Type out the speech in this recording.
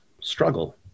struggle